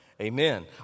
Amen